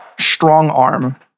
Strongarm